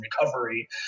recovery